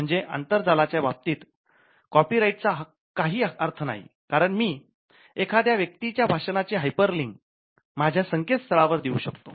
आपण फक्त hyperlink माझ्या संकेत स्थळावर देऊ शकतो